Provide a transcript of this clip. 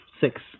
Six